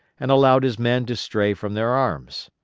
and allowed his men to stray from their arms.